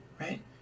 Right